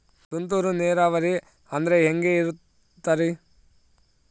ತುಂತುರು ನೇರಾವರಿ ಅಂದ್ರೆ ಹೆಂಗೆ ಇರುತ್ತರಿ?